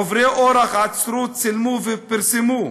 עוברי אורח עצרו, צילמו ופרסמו,